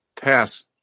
Pass